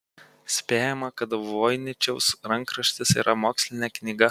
spėjama kad voiničiaus rankraštis yra mokslinė knyga